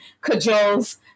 cajoles